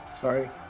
sorry